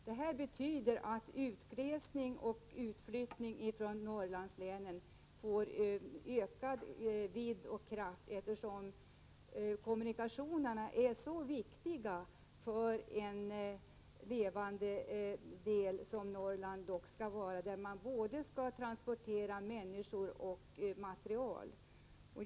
Detta betyder att utglesningen och utflyttningen från Norrlandslänen kommer att öka, eftersom kommunikationerna är så viktiga för en levande del av vårt land, vilket Norrland dock skall vara, där man skall transportera både människor och materiel.